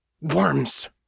Worms